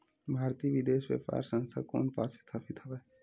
भारतीय विदेश व्यापार संस्था कोन पास स्थापित हवएं?